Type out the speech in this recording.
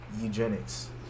eugenics